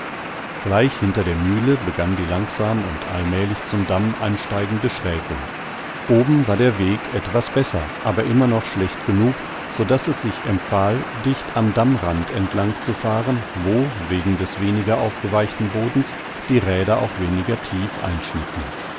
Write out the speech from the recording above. gleich hinter der mühle begann die langsam und allmählich zum damm ansteigende schrägung oben war der weg etwas besser aber immer noch schlecht genug so daß es sich empfahl dicht am dammrand entlang zu fahren wo wegen des weniger aufgeweichten bodens die räder auch weniger tief einschnitten